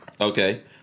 Okay